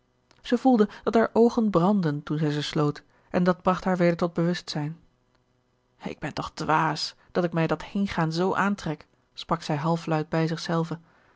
zij voelde dat haar oogen brandden toen zij ze sloot en dat bragt haar weder tot bewustzijn ik ben toch dwaas dat ik mij dat heengaan zoo aantrek sprak zij half luid bij